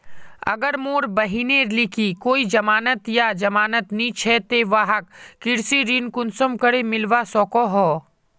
अगर मोर बहिनेर लिकी कोई जमानत या जमानत नि छे ते वाहक कृषि ऋण कुंसम करे मिलवा सको हो?